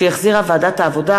שהחזירה ועדת העבודה,